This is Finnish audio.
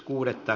asia